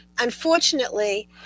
Unfortunately